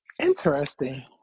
interesting